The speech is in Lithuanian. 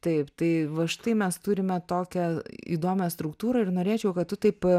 taip tai va štai mes turime tokią įdomią struktūrą ir norėčiau kad tu taip